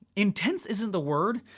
intense isn't the word,